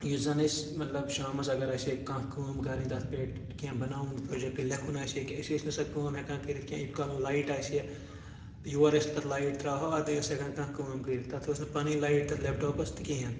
یُس زَن أسۍ مطلب شامَس اگر آسہِ ہے کانٛہہ کٲم کَرٕنۍ تَتھ پؠٹھ کینٛہہ بَناوُن پرٛوجیکٹہٕ لیکھُن آسہِ ہا کہِ أسۍ ٲسۍ نہٕ سۄ کٲم ہؠکان کٔرِتھ کینٛہہ یوٗت کال نہٕ لایٹ آسہِ ہا یور ٲسۍ تَتھ لایِٹ ترٛاوہو اَدٕ ٲسۍ ہؠکان کانٛہہ کٲم کٔرِتھ تَتھ ٲس نہٕ پَنٕنۍ لایِٹ تَتھ لیپ ٹاپَس تہِ کِہیٖنۍ